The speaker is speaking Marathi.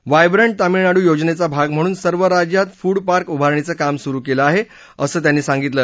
व्हायब्रा तामिळनाडू योजनेचा भाग म्हणून सर्व राज्यात फूड पार्क उभारणीचं काम सुरू केलं आहे असं त्यांनी सांगितलं